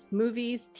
movies